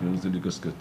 vienas dalykas kad